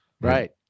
right